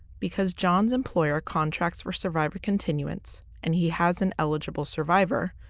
because john's employer contracts for survivor continuance and he has an eligible survivor,